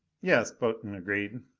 yes, potan agreed.